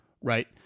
Right